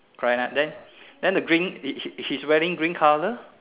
correct ah right then then the green he's he's wearing green colour